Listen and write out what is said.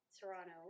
Toronto